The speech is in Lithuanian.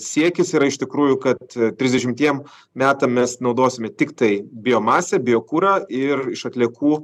siekis yra iš tikrųjų kad trisdešimtiem metam mes naudosime tiktai biomasę biokurą ir iš atliekų